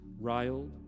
riled